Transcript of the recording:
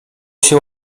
się